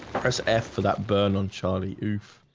press f four that burn on charlie oof